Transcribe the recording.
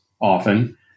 often